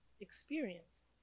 experience